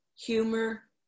humor